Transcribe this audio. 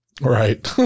Right